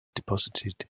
deposited